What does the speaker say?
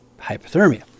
hypothermia